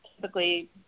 typically